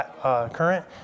current